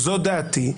זו דעתי.